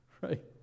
right